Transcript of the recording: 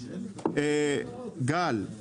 גל,